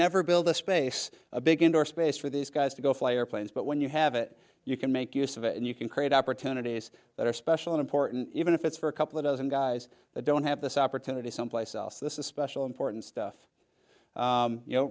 never build a space a big indoor space for these guys to go fly airplanes but when you have it you can make use of it and you can create opportunities that are special and important even if it's for a couple of dozen guys that don't have this opportunity someplace else this is special important stuff you know